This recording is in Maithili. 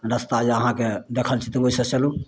रस्ता जे अहाँके देखल छै तऽ ओहिसे चलू